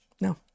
No